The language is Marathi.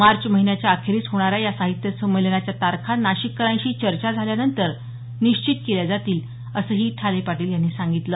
मार्च महिन्याच्या अखेरीस होणाऱ्या या साहित्य संमेलनाच्या तारखा नाशिककरांशी चर्चा झाल्यानंतर निश्चित केल्या जातील असंही ठाले पाटील यांनी सांगितलं